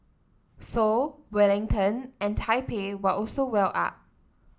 Seoul Wellington and Taipei were also well up